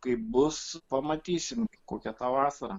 kaip bus pamatysim kokia ta vasara